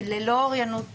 שהיא ללא אוריינות